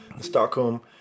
Stockholm